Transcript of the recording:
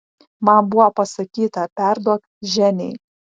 man buvo pasakyta perduok ženiai